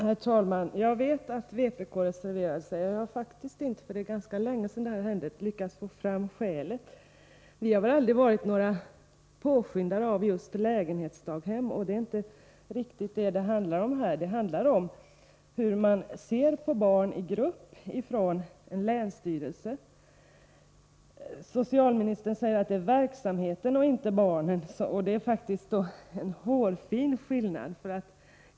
Herr talman! Jag vet att vpk reserverade sig. Det är ganska länge sedan det här hände, så jag har faktiskt inte lyckats få fram skälet. Vi har väl aldrig varit några påskyndare av just lägenhetsdaghem. Men det är inte riktigt det som det här handlar om, utan hur man i en länsstyrelse ser på barn i grupp. Socialministern säger att det är verksamheten och inte barnen som är störande. Det är faktiskt en hårfin skillnad.